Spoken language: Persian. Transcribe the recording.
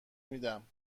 میدم